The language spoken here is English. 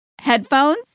headphones